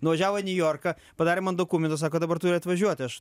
nuvažiavo į niujorką padarė man dokumentus sako dabar turi atvažiuoti aš